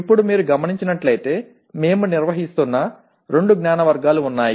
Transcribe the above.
ఇప్పుడు మీరు గమనించినట్లైతే మేము వ్యవహరిస్తున్న రెండు జ్ఞాన వర్గాలు ఉన్నాయి